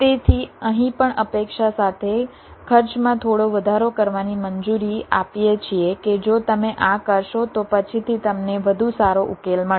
તેથી અહીં પણ અપેક્ષા સાથે ખર્ચમાં થોડો વધારો કરવાની મંજૂરી આપીએ છીએ કે જો તમે આ કરશો તો પછીથી તમને વધુ સારો ઉકેલ મળશે